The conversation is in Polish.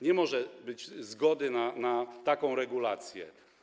Nie może być zgody na taką regulację.